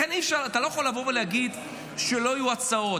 לכן, אתה לא יכול לבוא ולהגיד שלא היו הצעות.